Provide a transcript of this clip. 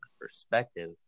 perspective